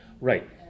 Right